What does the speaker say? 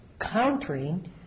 Countering